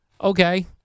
Okay